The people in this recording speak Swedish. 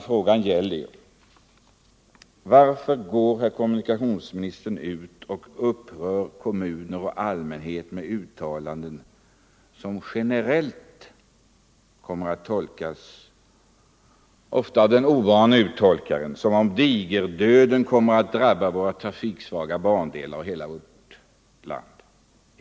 Frågan gäller varför kommunikationsministern upprör kommuner och allmänhet med uttalanden som — särskilt av den ovane uttolkaren — tolkas som om digerdöden kommer att drabba våra trafiksvaga bandelar i hela vårt land.